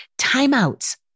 Timeouts